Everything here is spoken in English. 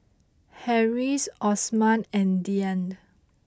Harris Osman and Dian